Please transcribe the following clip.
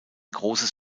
großes